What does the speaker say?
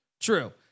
True